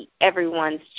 everyone's